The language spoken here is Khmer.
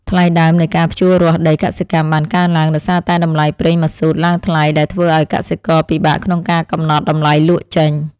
ថ្លៃដើមនៃការភ្ជួររាស់ដីកសិកម្មបានកើនឡើងដោយសារតែតម្លៃប្រេងម៉ាស៊ូតឡើងថ្លៃដែលធ្វើឱ្យកសិករពិបាកក្នុងការកំណត់តម្លៃលក់ចេញ។